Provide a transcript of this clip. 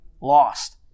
lost